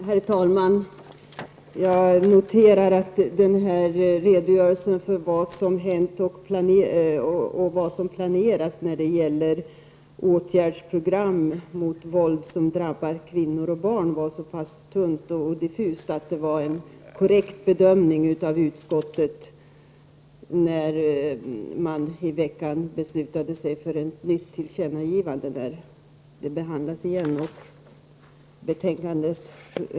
Herr talman! Jag noterar att denna redogörelse för vad som hänt och vad som planeras när det gäller åtgärdsprogram i fråga om våld mot kvinnor och barn är så pass tunn och diffus att det var en korrekt bedömning av utskottet när man i veckan beslutade sig för ett nytt tillkännagivande.